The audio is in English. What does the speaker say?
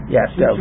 Yes